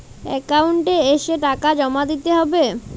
Account এসে টাকা জমা দিতে হবে?